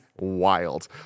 wild